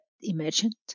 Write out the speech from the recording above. imagined